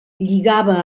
lligava